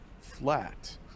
flat